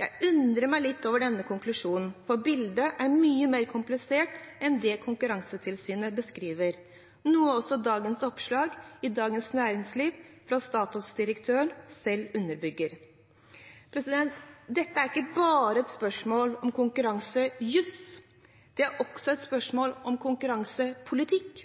Jeg undrer meg litt over denne konklusjonen, for bildet er mye mer komplisert enn det Konkurransetilsynet beskriver, noe også dagens oppslag i Dagens Næringsliv fra Statoils direktør selv underbygger. Dette er ikke bare et spørsmål om konkurransejuss, det er også et spørsmål om konkurransepolitikk.